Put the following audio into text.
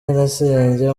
nyirasenge